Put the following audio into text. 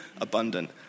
abundant